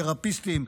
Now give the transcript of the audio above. תרפיסטים,